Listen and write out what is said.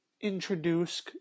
introduce